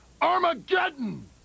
Armageddon